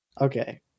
Okay